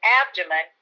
abdomen